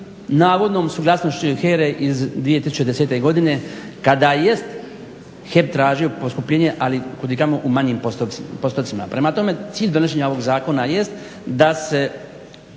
navodnom suglasnošću HERA-e iz 2010. godine kada jest HEP tražio poskupljenje ali kudikamo u manjim postotcima. Prema tome, cilj donošenja ovog zakona jest da se